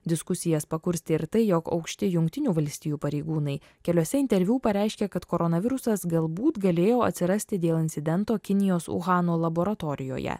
diskusijas pakurstė ir tai jog aukšti jungtinių valstijų pareigūnai keliuose interviu pareiškė kad koronavirusas galbūt galėjo atsirasti dėl incidento kinijos uhano laboratorijoje